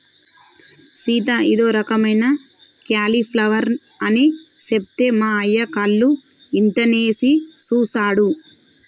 సీత ఇదో రకమైన క్యాలీఫ్లవర్ అని సెప్తే మా అయ్య కళ్ళు ఇంతనేసి సుసాడు